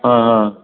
आं हां